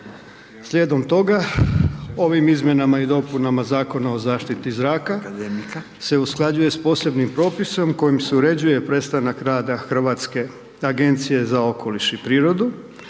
slijedom toga, ovim izmjenama i dopunama Zakona o zaštititi zraka se usklađuje s posebnim propisom kojim se uređuje prestanak rada Hrvatske agencije za okoliš i prirodu